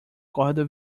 corda